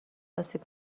آسیب